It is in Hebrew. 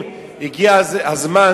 ואחרי כל כך הרבה שנים,